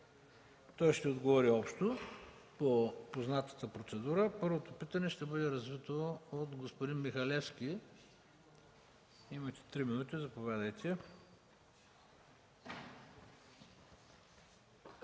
Той ще отговори общо по познатата процедура. Първото питане ще бъде развито от господин Михалевски. Заповядайте!